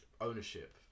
ownership